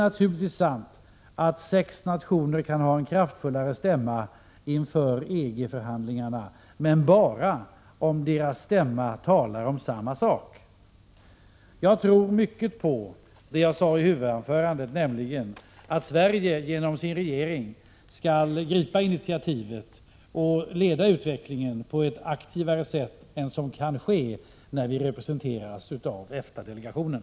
Naturligtvis är det sant att sex nationer kan ha en kraftfullare stämma inför EG-förhandlingarna, men bara om deras olika stämmor talar om samma sak. Jag tror mycket på det jag sade i huvudanförandet, nämligen att Sverige genom sin regering skall gripa initiativet och leda utvecklingen på ett aktivare sätt än som kan ske när vi representeras av EFTA-delegationen.